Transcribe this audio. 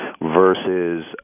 versus